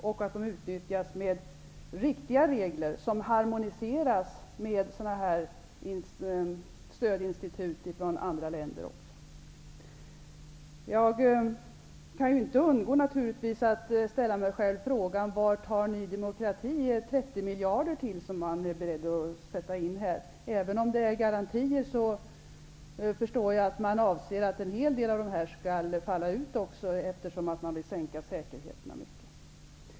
De skall då utnyttjas med hjälp av riktiga regler, som harmoniseras med stödinstitut i andra länder. Jag kan inte undgå att ställa mig frågan varifrån Ny demokrati tar de 30 miljarder som man vill sätta in? Även om det är fråga om garantier, förstår jag att Ny demokrati inser att en hel del av dessa pengar skall falla ut, eftersom man vill sänka nivåerna på säkerheterna.